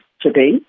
today